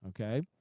okay